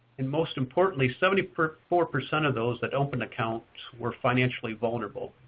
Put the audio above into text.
and most importantly, seventy four percent of those that opened accounts were financially vulnerable.